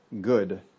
good